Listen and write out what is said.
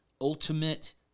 ultimate